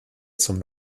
zum